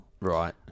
Right